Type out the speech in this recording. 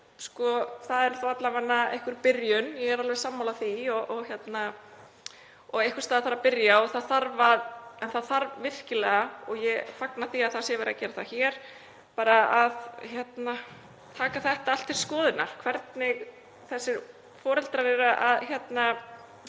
En það er þó alla vega einhver byrjun, ég er alveg sammála því, einhvers staðar þarf að byrja. Það þarf virkilega, og ég fagna því að verið sé að gera það hér, að taka þetta allt til skoðunar, hvernig þessir foreldrar eru að byrja